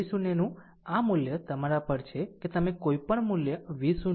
V0 નું આ મૂલ્ય તમારા પર છે કે તમે કોઈપણ મૂલ્ય V0 0